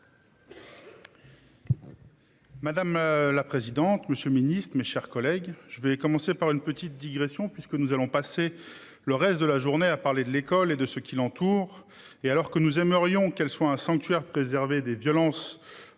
Madame la présidente, monsieur Ministre, mes chers collègues, je vais commencer par une petite digression puisque nous allons passer le reste de la journée à parler de l'école et de ce qui l'entoure et alors que nous aimerions qu'elle soit un sanctuaire préservé des violences